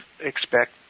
expect